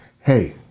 Hey